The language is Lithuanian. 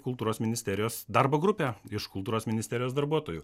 kultūros ministerijos darbo grupė iš kultūros ministerijos darbuotojų